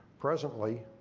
presently,